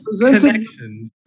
presenting